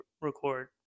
record